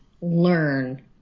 learn